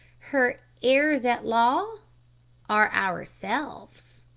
her heirs-at-law are ourselves.